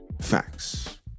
Facts